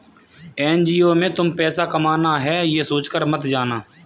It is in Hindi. एन.जी.ओ में तुम पैसा कमाना है, ये सोचकर मत जाना